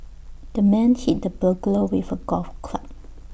the man hit the burglar with A golf club